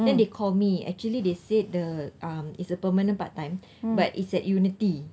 then they call me actually they said the um it's a permanent part time but it's at unity